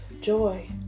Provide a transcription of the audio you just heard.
joy